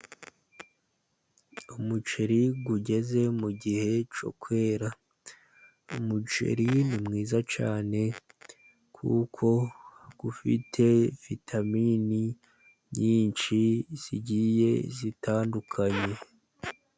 Umuceri ugeze mu gihe cyo kwera, umuceri ni mwiza cyane, kuko ufite vitamini nyinshi zigiye zitandukanye.